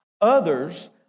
Others